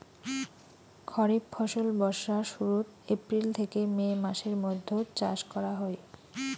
খরিফ ফসল বর্ষার শুরুত, এপ্রিল থেকে মে মাসের মৈধ্যত চাষ করা হই